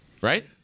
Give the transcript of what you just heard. right